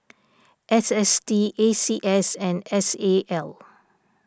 S S T A C S and S A L